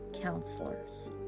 counselors